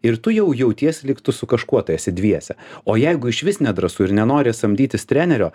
ir tu jau jautiesi lyg tu su kažkuo tai esi dviese o jeigu išvis nedrąsu ir nenori samdytis trenerio